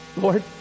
Lord